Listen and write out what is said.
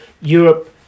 Europe